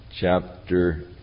chapter